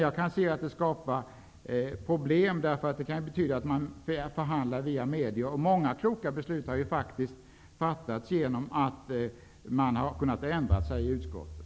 Jag anser att det skapar problem, eftersom det kan medföra att man förhandlar via media. Många kloka beslut har fattats sedan man har ändrat sig i utskottet.